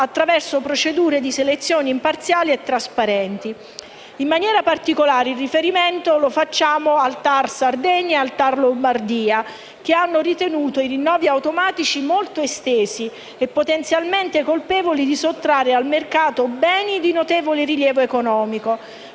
attraverso procedure di selezione imparziali e trasparenti. In maniera particolare, il riferimento lo facciamo al TAR Sardegna e al TAR Lombardia, che hanno ritenuto i rinnovi automatici molto estesi e potenzialmente colpevoli di sottrarre al mercato beni di notevole rilievo economico.